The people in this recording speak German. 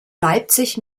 leipzig